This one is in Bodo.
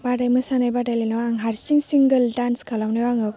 बादाय मोसानाय बादायलायनायाव आङो हारसिं सिंगेल दान्स खालामनायाव आङो